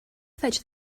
fetch